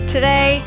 Today